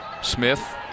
Smith